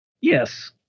Yes